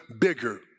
bigger